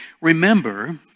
Remember